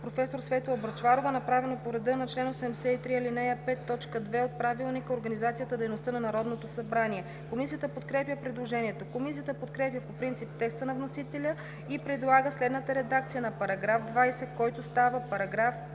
професор Светла Бъчварова, направено по реда на чл. 83, ал. 5, т. 2 от Правилника за организацията и дейността на Народното събрание. Комисията подкрепя предложението. Комисията подкрепя по принцип текста на вносителя и предлага следната редакция на § 20, който става §